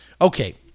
okay